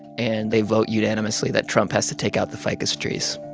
and they vote unanimously that trump has to take out the ficus trees